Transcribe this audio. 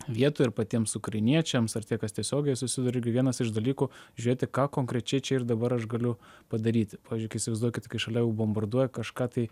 vietų ir patiems ukrainiečiams ar tie kas tiesiogiai susiduria irgi vienas iš dalykų žiūrėti ką konkrečiai čia ir dabar aš galiu padaryti pavyzdžiui kai įsivaizduokite kai šalia jau bombarduoja kažką tai